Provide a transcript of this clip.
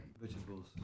vegetables